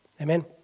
Amen